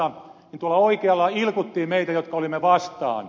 tuolla oikealla ilkuttiin meitä jotka olimme vastaan